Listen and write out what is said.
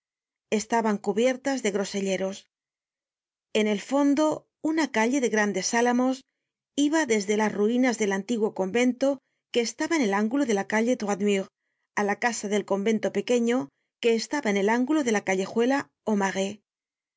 estaban cubiertas de groselleros en el fondo una calle de grandes álamos iba desde las ruinas del antiguo convento que estaba en el ángulo de la calle droit mur á la casa del convento pequeño qüe estaba en el ángulo de la